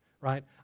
right